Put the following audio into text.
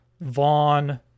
Vaughn